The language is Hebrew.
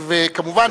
וכמובן,